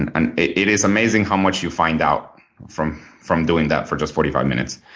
and and it it is amazing how much you find out from from doing that for just forty five minutes.